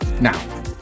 Now